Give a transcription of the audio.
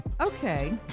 okay